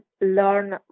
learn